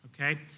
okay